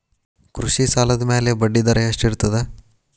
ಕೃಷಿ ಸಾಲದ ಮ್ಯಾಲೆ ಬಡ್ಡಿದರಾ ಎಷ್ಟ ಇರ್ತದ?